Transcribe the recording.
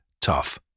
tough